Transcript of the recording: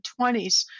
1920s